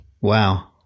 Wow